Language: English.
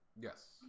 Yes